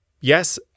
yes